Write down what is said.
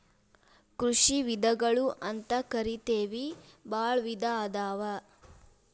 ಕೃಷಿ ವಿಧಗಳು ಅಂತಕರಿತೆವಿ ಬಾಳ ವಿಧಾ ಅದಾವ